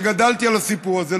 שגדלתי על הסיפור הזה,